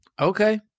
Okay